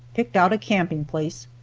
picked out a camping place,